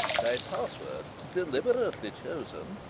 my password, deliberately chosen,